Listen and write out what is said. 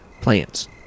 plants